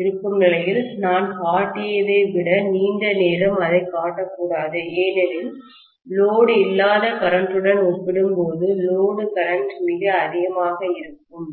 இருக்கும் நிலையில் நான் காட்டியதை விட நீண்ட நேரம் அதைக் காட்டக்கூடாது ஏனெனில் லோடு இல்லாத கரண்ட்டுடன் ஒப்பிடும்போது லோடு கரண்ட் மிக அதிகமாக இருக்குகும